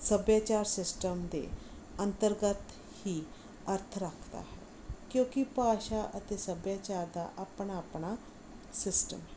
ਸੱਭਿਆਚਾਰ ਸਿਸਟਮ ਦੇ ਅੰਤਰਗਤ ਹੀ ਅਰਥ ਰੱਖਦਾ ਹੈ ਕਿਉਂਕਿ ਭਾਸ਼ਾ ਅਤੇ ਸੱਭਿਆਚਾਰ ਦਾ ਆਪਣਾ ਆਪਣਾ ਸਿਸਟਮ ਹੈ